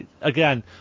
Again